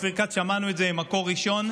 אופיר כץ שמענו את זה ממקור ראשון,